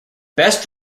best